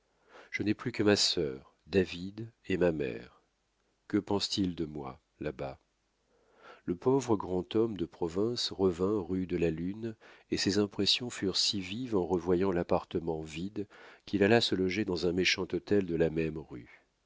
je n'ai plus que ma sœur david et ma mère que pensent-ils de moi là-bas le pauvre grand homme de province revint rue de la lune et ses impressions furent si vives en revoyant l'appartement vide qu'il alla se loger dans un méchant hôtel de la même rue